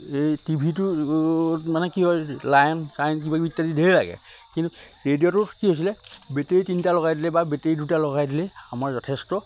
এই টিভিটো মানে কি হয় লাইন চাইন কিবা কিবি ইত্যাদি ঢেৰ লাগে কিন্তু ৰেডিঅ'টো কি হৈছিলে বেটেৰী তিনিটা লগাই দিলে বা বেটেৰী দুটা লগাই দিলেই আমাৰ যথেষ্ট